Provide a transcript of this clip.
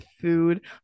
food